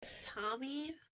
Tommy